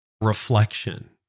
reflection